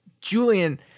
Julian